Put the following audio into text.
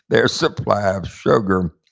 their supply of sugar,